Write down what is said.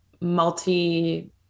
multi